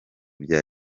bya